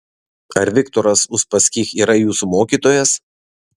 ar viktoras uspaskich yra jūsų mokytojas